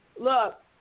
look